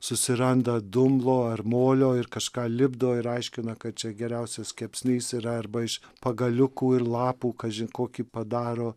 susiranda dumblo ar molio ir kažką lipdo ir aiškina kad čia geriausias kepsnys yra arba iš pagaliukų ir lapų kažin kokį padaro